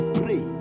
pray